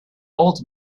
old